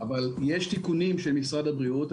אבל יש תיקונים של משרד הבריאות.